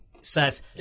says